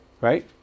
Right